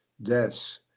Deaths